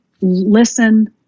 listen